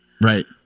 Right